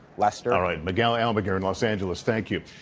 lester? all right, miguel almaguer in los angeles, thank you.